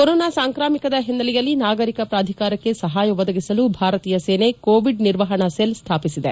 corona ಸಾಂಕ್ರಾಮಿಕದ ಹಿನ್ನೆಲೆಯಲ್ಲಿ ನಾಗರಿಕ ಪ್ರಾಧಿಕಾರಕ್ಕೆ ಸಹಾಯ ಒದಗಿಸಲು ಭಾರತೀಯ ಸೇನೆ ಕೋವಿಡ್ ನಿರ್ವಹಣಾ ಸೆಲ್ ಸ್ವಾಪಿಸಿದೆ